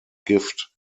gift